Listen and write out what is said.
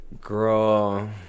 Girl